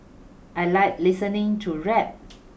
I like listening to rap